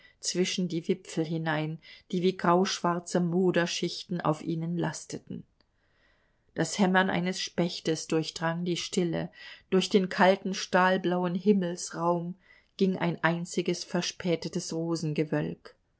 zwischen die wipfel hinein die wie grauschwarze moderschichten auf ihnen lasteten das hämmern eines spechtes durchdrang die stille durch den kalten stahlblauen himmelsraum ging ein einziges verspätetes